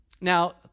Now